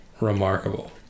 remarkable